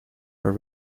are